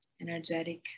energetic